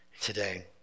today